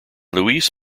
luis